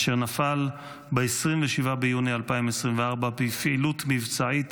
אשר נפל ב-27 ביוני 2024 בפעילות מבצעית